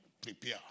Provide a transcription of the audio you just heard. Prepare